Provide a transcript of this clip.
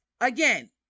Again